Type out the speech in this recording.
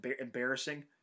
embarrassing